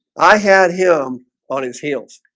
i had him on his heels.